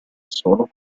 solo